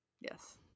Yes